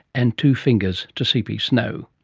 and two fingers to cp snow